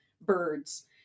birds